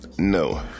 no